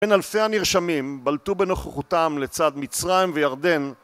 בין אלפי הנרשמים בלטו בנוכחותם לצד מצרים וירדן